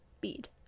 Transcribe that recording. bead